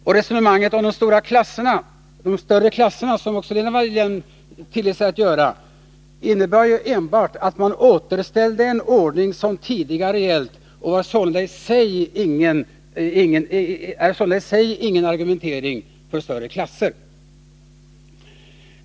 Det resonemang om större klasser som Lena Hjelm-Wallén tillät sig att föra innebar ju enbart att man återställde en ordning som tidigare gällt — således i sig ingen argumentering för större klasser.